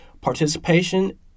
Participation